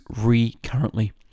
recurrently